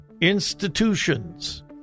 institutions